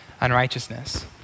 unrighteousness